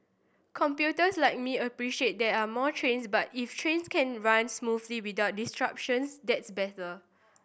computers like me appreciate that are more trains but if trains can run smoothly without disruptions that's better